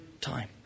time